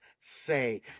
say